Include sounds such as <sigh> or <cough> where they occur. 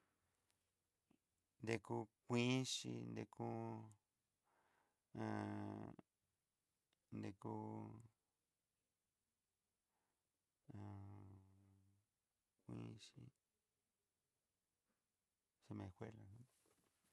Deku kuiinxi dekú <hesitation> a <hesitation> dekú e <hesitation> kuinxi semefue.